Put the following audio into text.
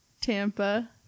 Tampa